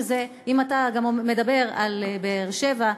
אם אתה גם מדבר על באר-שבע,